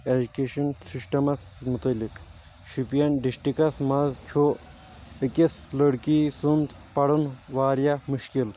education systems متعلِق شُپین ڈسٹکَس منٛز چھُ أکِس لڑکی سُنٛد پرُن واریاہ مشکِل